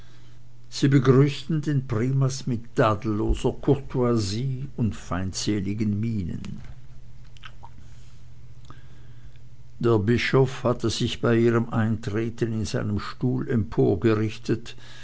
sie begrüßten den primas mit tadelloser courtoisie und feindseligen mienen der bischof hatte sich bei ihrem eintreten in seinem stuhl